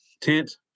tent